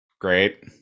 great